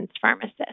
pharmacist